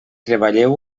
treballeu